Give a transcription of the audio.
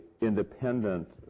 independent